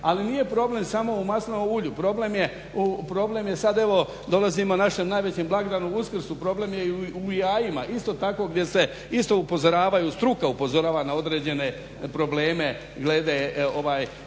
najvećem blagdanu Uskrsu, problem je i u jajima. Isto tako gdje se isto upozoravaju struka upozorava na određene probleme glede i